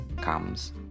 comes